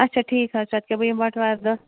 اچھا ٹھیٖک حظ چھُ اَدٕ کیٛاہ بہٕ یِمہٕ بَٹہٕ وارِ دۄہ